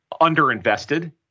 underinvested